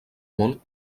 món